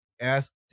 Ask